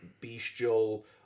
bestial